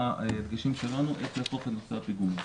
ההדגשים שלנו איך לאכוף את נושא הפיגומים.